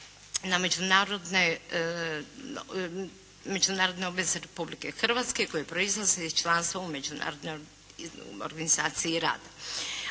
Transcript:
na međunarodne obveze Republike Hrvatske koje proizlaze iz članstva u Međunarodnoj organizaciji rada.